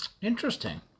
Interesting